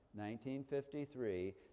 1953